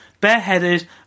bareheaded